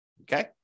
Okay